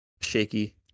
Shaky